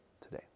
today